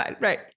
Right